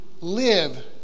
live